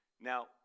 Now